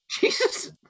Jesus